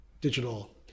digital